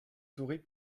souris